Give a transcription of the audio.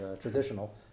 traditional